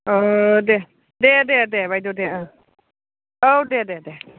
देह दे दे दे दे बायद' दे औ दे दे दे